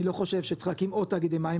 אני לא חושב שצריך להקים עוד תאגידי מים,